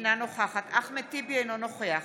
אינה נוכחת אחמד טיבי, אינו נוכח